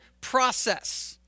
process